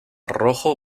rojo